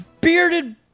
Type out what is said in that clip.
Bearded